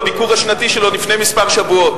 בביקור השנתי שלו לפני כמה שבועות.